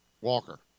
Walker